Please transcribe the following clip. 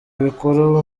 bikuru